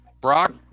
Brock